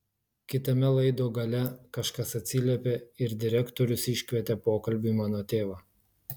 kitame laido gale kažkas atsiliepė ir direktorius iškvietė pokalbiui mano tėvą